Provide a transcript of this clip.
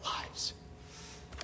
lives